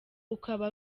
ukaba